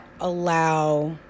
allow